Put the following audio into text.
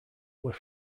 were